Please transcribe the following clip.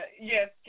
yes